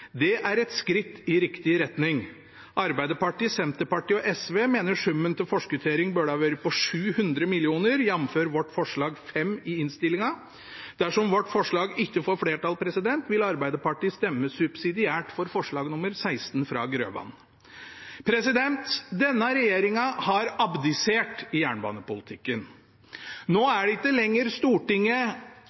Det er et skritt i riktig retning. Arbeiderpartiet, Senterpartiet og SV mener summen til forskuttering burde ha vært på 700 mill. kr, jf. vårt forslag nr. 5 i innstillingen. Dersom vårt forslag ikke får flertall, vil Arbeiderpartiet stemme subsidiært for forslag nr. 16, som settes fram av Hans Fredrik Grøvan. Denne regjeringen har abdisert i jernbanepolitikken. Nå er det ikke lenger Stortinget